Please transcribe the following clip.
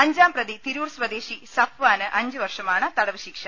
അഞ്ചാം പ്രതി തിരൂർ സ്വദേശി സഫ്വാന് അഞ്ചുവർഷമാണ് തടവ് ശിക്ഷ